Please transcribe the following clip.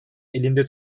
elinde